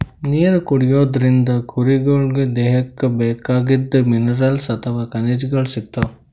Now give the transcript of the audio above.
ನೀರ್ ಕುಡಿಯೋದ್ರಿಂದ್ ಕುರಿಗೊಳಿಗ್ ದೇಹಕ್ಕ್ ಬೇಕಾಗಿದ್ದ್ ಮಿನರಲ್ಸ್ ಅಥವಾ ಖನಿಜಗಳ್ ಸಿಗ್ತವ್